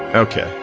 ok,